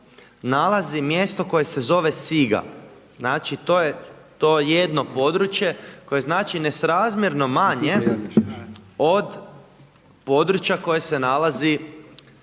nalazi mjesto koje se zove Siga, znači to je jedno područje koje je nesrazmjerno manje od područja koje se nalazi našeg